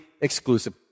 exclusive